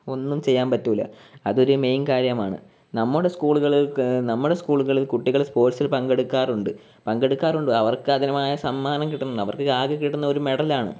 ഒന്നും ചെയ്യാൻ പറ്റില്ല അതൊരു മെയിൻ കാര്യമാണ് നമ്മുടെ സ്കൂളുകൾക്ക് നമ്മുടെ സ്കൂളുകളിൽ കുട്ടികൾ സ്പോർട്സിൽ പങ്കെടുക്കാറുണ്ട് പങ്കെടുക്കാറുണ്ട് അവർക്കതിനുമായ സമ്മാനം കിട്ടുന്നുണ്ട് അവർക്കാകെ കിട്ടുന്നത് ഒരു മെഡലാണ്